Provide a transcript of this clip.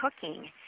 cooking